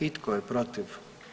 I tko je protiv?